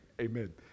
amen